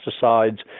pesticides